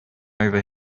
over